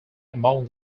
among